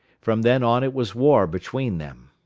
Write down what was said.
from then on it was war between them.